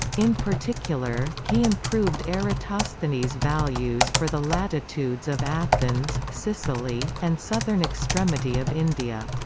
in particular, he improved eratosthenes' values for the latitudes of athens, sicily, and southern extremity of india.